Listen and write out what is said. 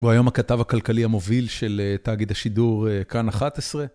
הוא היום הכתב הכלכלי המוביל של תאגיד השידור כאן 11.